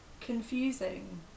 confusing